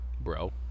bro